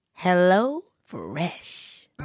HelloFresh